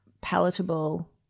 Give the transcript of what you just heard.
palatable